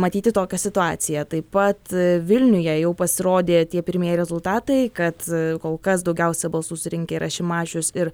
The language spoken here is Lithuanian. matyti tokią situaciją taip pat vilniuje jau pasirodė tie pirmieji rezultatai kad kol kas daugiausiai balsų surinkę yra šimašius ir